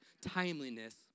timeliness